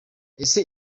ese